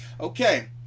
okay